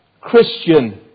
Christian